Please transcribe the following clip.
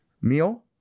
meal